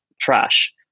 trash